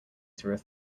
through